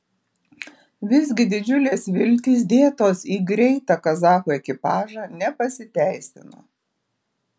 visgi didžiulės viltys dėtos į greitą kazachų ekipažą nepasiteisino